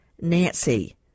nancy